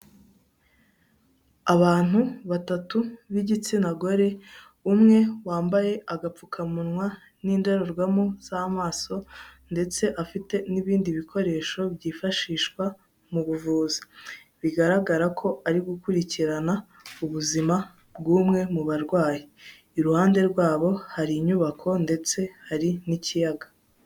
Abantu batatu b'igitsina gore, umwe wambaye agapfukamunwa n'indorerwamo z'amaso ndetse afite n'ibindi bikoresho byifashishwa mu buvuzi, bigaragara ko ari gukurikirana ubuzima bw'umwe mu barwayi, iruhande rwabo hari inyubako ndetse hari n'ikiyaga.